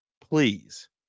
please